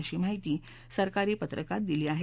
अशी माहिती सरकारी पत्रकात दिली आहे